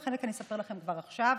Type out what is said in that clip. על חלק אני אספר לכם כבר עכשיו.